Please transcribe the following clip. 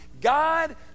God